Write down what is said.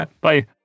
Bye